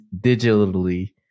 digitally